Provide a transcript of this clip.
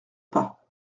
pas